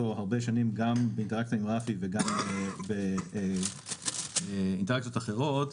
הרבה שנים גם באינטראקציה עם רפי וגם באינטראקציות אחרות.